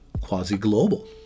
quasi-global